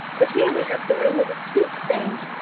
but here we have the room of a sweet saint.